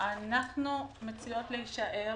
אנו מציעות להישאר